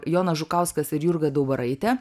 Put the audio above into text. jonas žukauskas ir jurga daubaraitė